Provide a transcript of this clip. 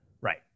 right